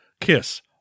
Kiss